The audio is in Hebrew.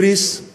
הוא